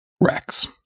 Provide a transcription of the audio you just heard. Rex